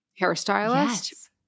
hairstylist